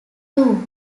two